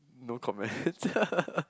no comment